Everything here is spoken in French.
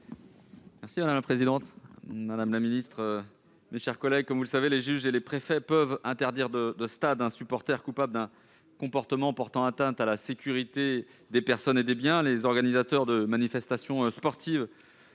: La parole est à M. Stéphane Piednoir. Comme vous le savez, les juges et les préfets peuvent interdire de stade un supporter coupable d'un comportement portant atteinte à la sécurité des personnes et des biens. Les organisateurs de manifestations sportives